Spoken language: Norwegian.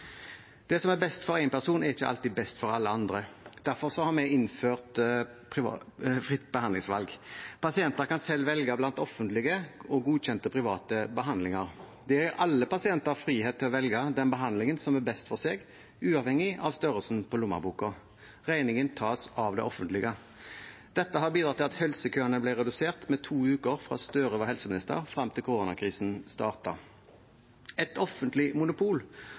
Det som er best for én person, er ikke alltid best for alle andre. Derfor har vi innført fritt behandlingsvalg. Pasienter kan selv velge blant offentlige og godkjente private behandlinger. Det gir alle pasienter frihet til å velge den behandlingen som er best for seg, uavhengig av størrelsen på lommeboken. Regningen tas av det offentlige. Dette har bidratt til at helsekøene har blitt redusert med to uker fra Støre var helseminister og fram til koronakrisen startet. Et offentlig monopol,